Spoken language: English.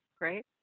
Great